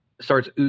starts